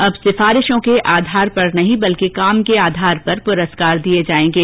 अब सिफारिशों के आधार पर नहीं बल्कि काम के आधार पर पुरस्कार दिये जायेंगे